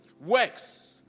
Works